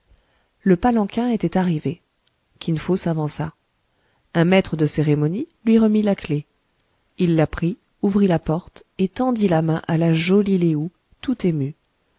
le palanquin était arrivé kin fo s'avança un maître de cérémonies lui remit la clef il la prit ouvrit la porte et tendit la main à la jolie lé ou tout émue